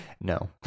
No